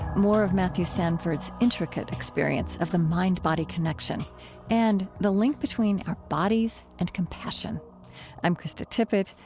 more of matthew sanford's intricate experience of the mind-body connection and the link between our bodies and compassion i'm krista tippett.